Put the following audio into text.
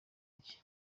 rye